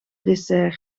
dessert